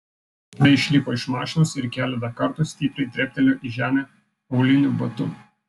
tada išlipo iš mašinos ir keletą kartų stipriai treptelėjo į žemę auliniu batu